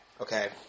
okay